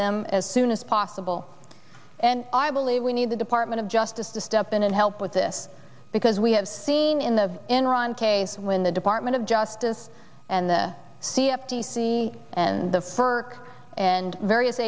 them as soon as possible and i believe we need the department of justice to step in and help with this because we have seen in the enron case when the department of justice and the c f t c and the firk and various